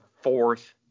fourth